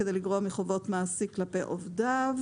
שלפי תנאי רישומו בסעיף 25 לפקודה האמורה,